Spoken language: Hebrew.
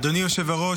אדוני היושב-ראש,